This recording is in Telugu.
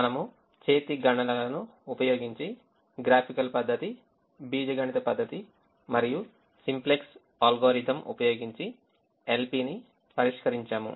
మనము చేతి గణనలను ఉపయోగించి గ్రాఫికల్ పద్ధతి బీజగణిత పద్ధతి మరియు సింప్లెక్స్ అల్గోరిథం ఉపయోగించి LP ని పరిష్కరించాము